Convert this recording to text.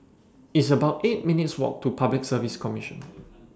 It's about eight minutes' Walk to Public Service Commission